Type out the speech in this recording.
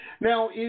Now